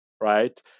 right